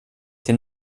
till